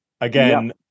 Again